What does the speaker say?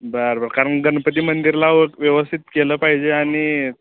बरं बरं कारण गणपती मंदिरला वग व्यवस्थित केलं पाहिजे आणि